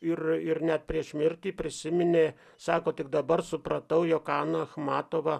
ir ir net prieš mirtį prisiminė sako tik dabar supratau jog ana achmatova